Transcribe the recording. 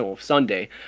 Sunday